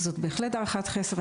זאת בהחלט הערכת חסר,